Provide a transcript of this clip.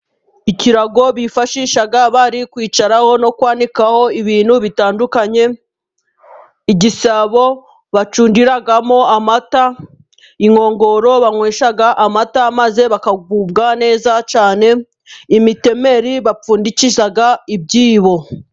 Ikirago bifashisha bari kwicaraho， no kwanikaho ibintu bitandukanye， igisabo bacuramo amata，inkongoro banywesha amata，maze bakagubwa neza cyane， imitemeri bapfundikisha ibyibo.